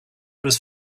was